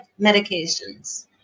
medications